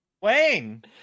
Wayne